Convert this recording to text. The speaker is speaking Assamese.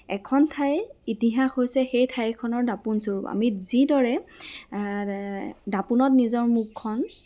এখন ঠাইৰ ইতিহাস হৈছে সেই ঠাইখনৰ দাপোনস্বৰূপ আমি যিদৰে এ দাপোনত নিজৰ মুখখন